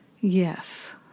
Yes